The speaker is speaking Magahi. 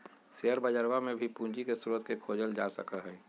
शेयर बजरवा में भी पूंजी के स्रोत के खोजल जा सका हई